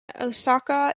osaka